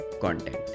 content